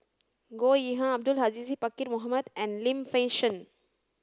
Goh Yihan Abdul Aziz Pakkeer Mohamed and Lim Fei Shen